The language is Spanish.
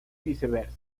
viceversa